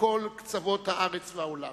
מכל קצוות הארץ והעולם.